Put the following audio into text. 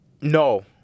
no